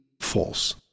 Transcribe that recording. false